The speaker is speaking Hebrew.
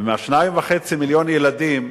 ומ-2.5 מיליון הילדים,